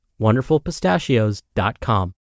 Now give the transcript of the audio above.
WonderfulPistachios.com